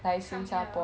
come here ah